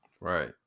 Right